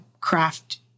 craft